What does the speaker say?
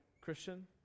Christian